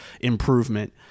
improvement